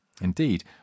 Indeed